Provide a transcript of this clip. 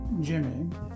Jimmy